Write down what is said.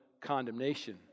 condemnation